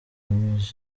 yemeje